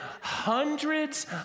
hundreds